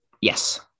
Yes